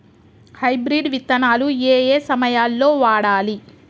Hybrid విత్తనాలు ఏయే సమయాల్లో వాడాలి?